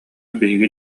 биһиги